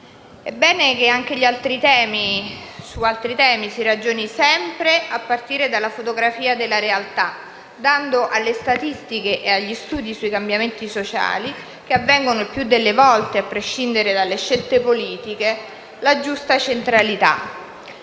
È bene che anche su altri temi si ragioni sempre a partire dalla fotografia della realtà dando alle indagini statistiche e agli studi sui cambiamenti sociali, condotti il più delle volte a prescindere dalle scelte politiche, la giusta centralità.